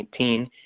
2019